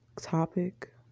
topic